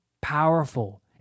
powerful